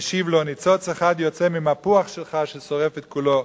משיב לו: ניצוץ אחד יוצא ממפוח שלך ששורף את כולו.